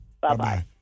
Bye-bye